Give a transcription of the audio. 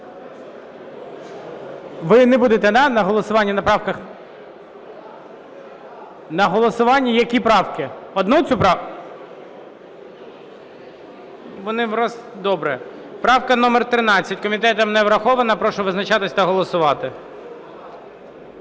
Ви не будете на голосуванні і на правках? На голосуванні? Які правки? Одну цю правку? Добре. Правка номер 13. Комітетом не врахована. Прошу визначатись та голосувати.